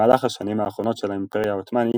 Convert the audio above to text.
במהלך השנים האחרונות של האימפריה העות'מאנית,